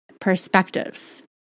perspectives